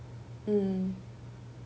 mm